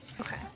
Okay